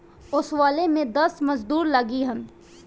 ओसवले में दस मजूर लगिहन